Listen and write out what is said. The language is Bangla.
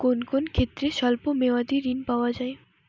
কোন কোন ক্ষেত্রে স্বল্প মেয়াদি ঋণ পাওয়া যায়?